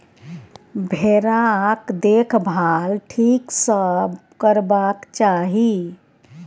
भेराक देखभाल ठीक सँ करबाक चाही